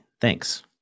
Thanks